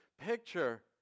picture